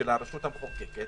של הרשות המחוקקת